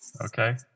okay